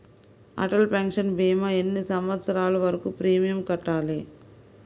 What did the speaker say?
Atal pension భీమా ఎన్ని సంవత్సరాలు వరకు ప్రీమియం కట్టాలి?